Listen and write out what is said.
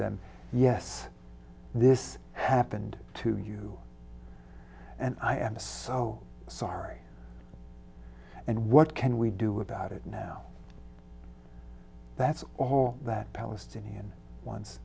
then yes this happened to you and i am so sorry and what can we do about it now that's a hole that palestinian on